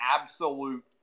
absolute